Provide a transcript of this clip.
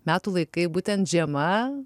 metų laikai būtent žiema